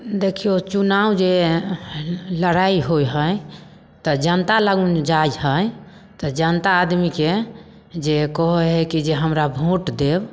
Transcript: देखियो चुनाव जे लड़ाइ होइ हइ तऽ जनता लगमे जे जाइ हइ तऽ जनता आदमीके जे कहय हइ जे हमरा वोट देब